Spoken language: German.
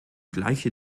gleiche